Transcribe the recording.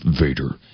Vader